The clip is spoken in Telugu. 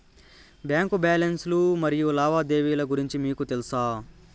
బ్యాంకు బ్యాలెన్స్ లు మరియు లావాదేవీలు గురించి మీకు తెల్సా?